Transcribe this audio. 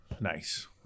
nice